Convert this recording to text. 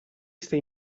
stai